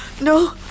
No